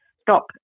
stop